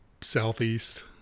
Southeast